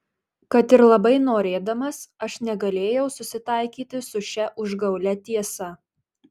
kad ir labai norėdamas aš negalėjau susitaikyti su šia užgaulia tiesa